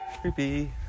Creepy